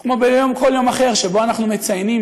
וכמו בכל יום אחר שבו אנחנו מציינים